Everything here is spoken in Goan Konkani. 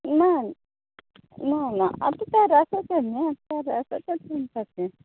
ना ना ना आतां तेर्रासाचें न्हू तेर्रासाचेंत बांदपाचें